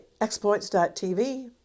exploits.tv